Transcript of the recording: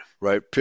right